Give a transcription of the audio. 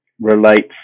relates